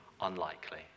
unlikely